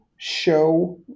show